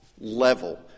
level